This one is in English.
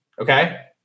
Okay